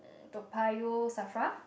Toa-Payoh Safra